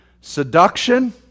Seduction